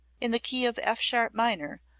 in the key of f sharp minor,